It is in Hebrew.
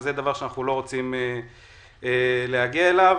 וזה דבר שאנחנו לא רוצים להגיע אליו.